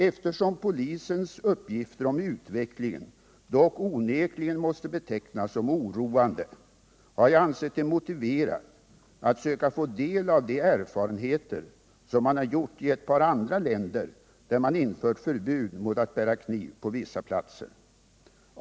Eftersom polisens uppgifter om utvecklingen dock onekligen måste betecknas som oroande har jag ansett det motiverat att söka få del av de erfarenheter som man har gjort i ett par andra länder där man infört förbud mot att bära kniv på vissa platser.